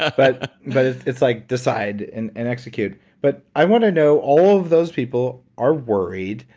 ah but but it's it's like decide and and execute. but i want to know all of those people are worried,